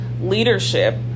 leadership